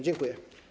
Dziękuję.